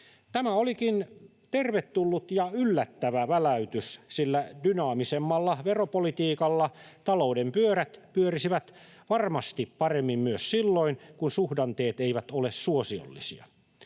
Tämä olikin tervetullut ja yllättävä väläytys, sillä dynaamisemmalla veropolitiikalla talouden pyörät pyörisivät varmasti paremmin myös silloin, kun suhdanteet eivät ole suosiollisia.